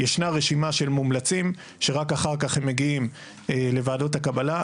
ישנה רשימה של מומלצים שרק אחר כך הם מגיעים לוועדות הקבלה.